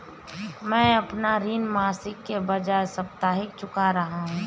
मैं अपना ऋण मासिक के बजाय साप्ताहिक चुका रहा हूँ